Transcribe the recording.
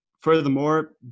furthermore